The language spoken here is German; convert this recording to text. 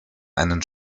einen